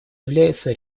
является